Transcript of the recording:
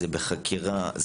"זה בחקירה",